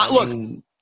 Look